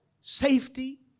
safety